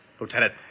Lieutenant